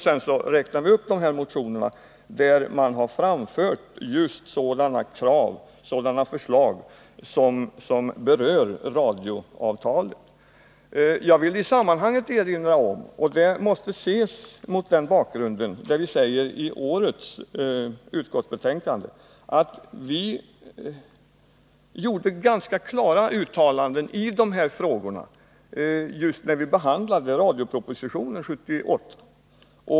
Sedan räknar vi upp de motioner där man har framfört just sådana förslag som berör radioavtalet. Jag vill i sammanhanget erinra om — och vårt ställningstagande måste ses mot den bakgrunden — att vi i årets utskottsbetänkande påpekar att vi gjorde ganska klara uttalanden i dessa frågor när radiopropositionen behandlades 1978.